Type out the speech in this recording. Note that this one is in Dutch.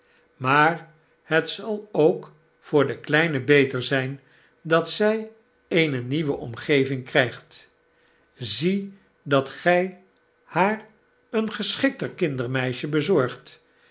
maar net zal ook voor de kleine beter zyn dat zy eene nieuwe omgeving krygt zie dat gy haar een geschikter kindermeisje bezorgt